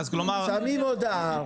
שמים מודעה.